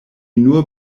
nur